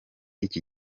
iki